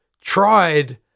tried